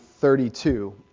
32